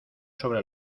sobre